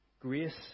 Grace